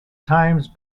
times